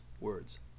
words